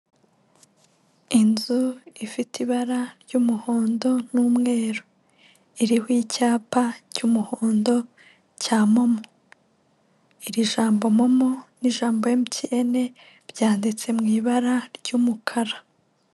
Inzu ifite ibara ry'umuhondo n'umweru. Iriho icyapa cy'umuhondo cya momo. Iri jambo MoMo n'ijambo MTN, byanditse mu ibara ry'umukara.